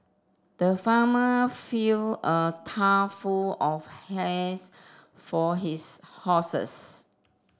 the farmer fill a full of hays for his horses